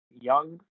young